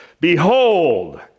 behold